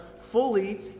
fully